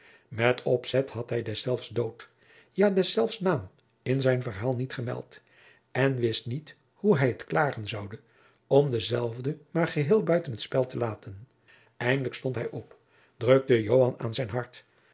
met opzet had hij deszelfs dood ja deszelfs naam in zijn verhaal niet gemeld en wist niet hoe hij het klaren zoude om denzelven maar geheel buiten t spel te laten eindelijk stond hij op drukte joan aan zijn hart